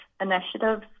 initiatives